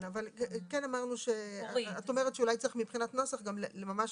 את אומרת שאולי צריך מבחינת נוסח גם ממש